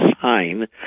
sign